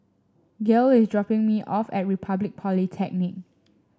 Gale is dropping me off at Republic Polytechnic